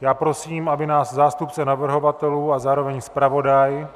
Já prosím, aby nás zástupce navrhovatelů a zároveň zpravodaj